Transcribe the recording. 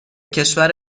کشور